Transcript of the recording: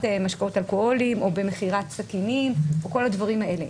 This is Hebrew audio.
משקאות אלכוהוליים או במכירת סכינים או כל הדברים האלה.